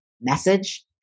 message